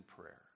prayer